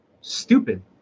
Stupid